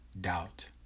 doubt